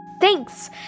Thanks